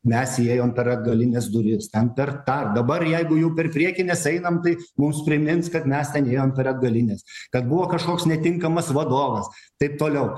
mes įėjom per atgalines duris ten per tą dabar jeigu jau per priekines einam tai mums primins kad mes ten ėjom per atgalines kad buvo kažkoks netinkamas vadovas taip toliau